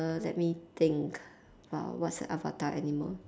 err let me think uh what's the avatar animal